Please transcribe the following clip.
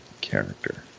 character